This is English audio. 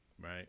right